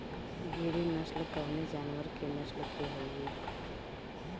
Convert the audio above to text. गिरी नश्ल कवने जानवर के नस्ल हयुवे?